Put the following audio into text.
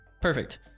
Perfect